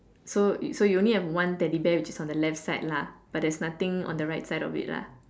so you so you only have one teddy bear which is on the left side lah but there's nothing on the right side of it lah